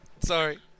Sorry